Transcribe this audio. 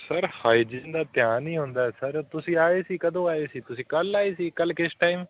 sir hygiene ਦਾ ਧਿਆਨ ਹੀ ਹੁੰਦਾ ਸਰ ਤੁਸੀਂ ਆਏ ਸੀ ਕਦੋਂ ਆਏ ਸੀ ਤੁਸੀਂ ਕੱਲ੍ਹ ਆਏ ਸੀ ਕੱਲ੍ਹ ਕਿਸ ਟਾਈਮ